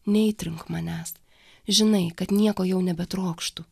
neaitrink manęs žinai kad nieko jau nebetrokštu